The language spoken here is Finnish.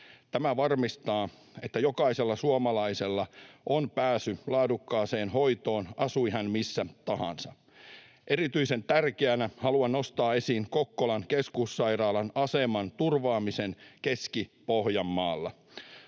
Tämä varmistaa, että jokaisella suomalaisella on pääsy laadukkaaseen hoitoon, asui hän missä tahansa. Erityisen tärkeänä haluan nostaa esiin Kokkolan keskussairaalan aseman turvaamisen Keski-Pohjanmaalla.